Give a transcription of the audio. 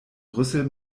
rüssel